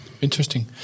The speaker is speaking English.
interesting